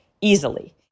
easily